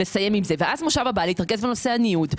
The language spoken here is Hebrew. לסיים אז ואז במושב הבא להתרכז בנושא הניוד.